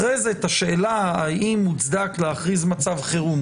אחרי זה את השאלה האם מוצדק להכריז מצב חירום